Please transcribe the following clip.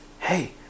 Hey